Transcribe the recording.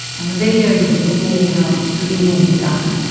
on the video, you can see how skinny he's gotten.